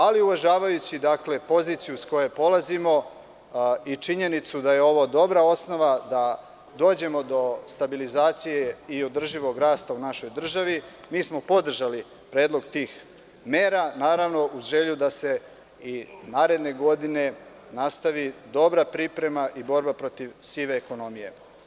Ali, uvažavajući poziciju s koje polazimo i činjenicu da je ovo dobra osnova da dođemo do stabilizacije i održivog rasta u našoj državi, mi smo podržali predlog tih mera, uz želju da se i naredne godine nastavi dobra priprema i borba protiv sive ekonomije.